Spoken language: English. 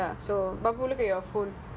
I crash at her house